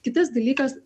kitas dalykas